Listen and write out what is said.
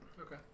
Okay